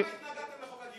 למה התנגדתם לחוק הגיוס?